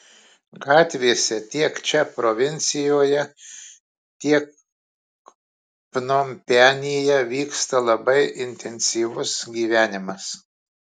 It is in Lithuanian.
gatvėse tiek čia provincijoje tiek pnompenyje vyksta labai intensyvus gyvenimas